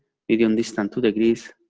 median distant to the grid,